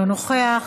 אינו נוכח,